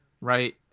right